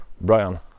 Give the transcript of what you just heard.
Brian